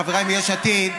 חבריי מיש עתיד,